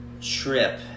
trip